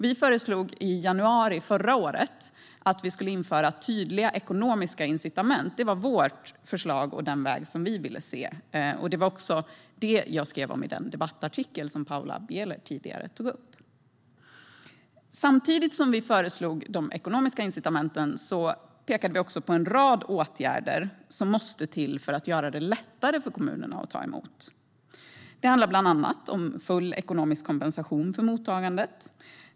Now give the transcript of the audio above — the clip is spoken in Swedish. Vi föreslog i januari förra året att tydliga ekonomiska incitament skulle införas. Det var vårt förslag och den väg som vi ville se. Det var också det jag skrev om i den debattartikel som Paula Bieler tog upp tidigare. Samtidigt som vi föreslog de ekonomiska incitamenten pekade vi på en rad åtgärder som måste till för att göra det lättare för kommunerna att ta emot. Det handlar bland annat om full ekonomisk kompensation för mottagandet.